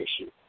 issue